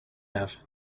have